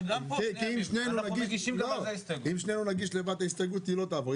אם שנינו נגיש את ההסתייגות אז היא לא תעבור,